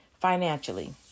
Financially